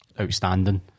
Outstanding